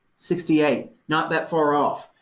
sixty-eight, not that far off.